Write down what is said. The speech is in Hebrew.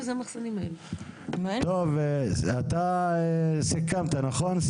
טוב, אתה סיכמת, נכון?